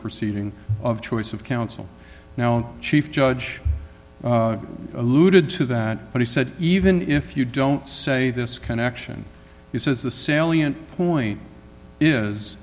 proceeding of choice of counsel now chief judge alluded to that but he said even if you don't say this connection he says the salient point is